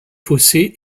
fossé